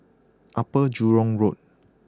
Upper Jurong Road